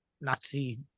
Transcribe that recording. Nazi